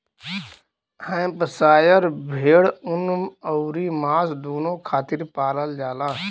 Hampshire भेड़ ऊन अउरी मांस दूनो खातिर पालल जाला